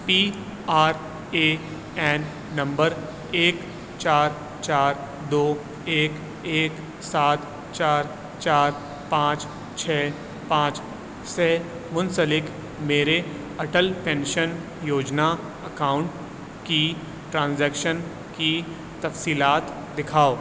P R A N number ایک چار چار دو ایک ایک سات چار چار پانچ چھ پانچ سے منسلک میرے اٹل پینشن یوجنا اکاؤنٹ کی ٹرانزیکشن کی تفصیلات دکھاؤ